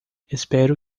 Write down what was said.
espero